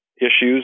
issues